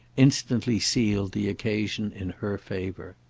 instantly sealed the occasion in her favour.